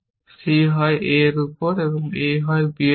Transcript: c হয় a এর উপর এবং a হয় b এর উপর